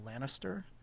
Lannister